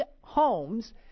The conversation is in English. homes